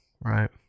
right